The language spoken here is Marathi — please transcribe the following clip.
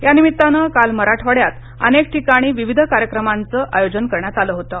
या निमित्तानं काल मराठवाङ्यात अनेक ठिकाणी विविध कार्यक्रमांचं आयोजन करण्यात आल होतं